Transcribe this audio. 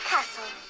Castle